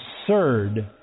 absurd